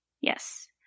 Yes